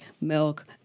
milk